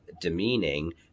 demeaning